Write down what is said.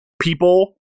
people